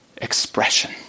Expression